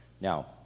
now